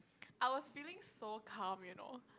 I was feeling so calm you know